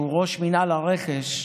שהוא ראש מינהל הרכש.